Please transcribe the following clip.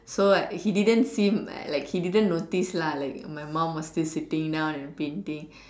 so like he didn't seem like he didn't notice lah my mom was still sitting down and painting